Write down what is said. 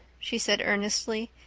she said earnestly,